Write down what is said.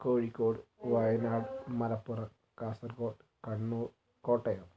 Kozhikode Wayanad Malappuram Kasaragod Kannur Kottayam